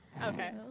Okay